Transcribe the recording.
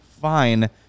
Fine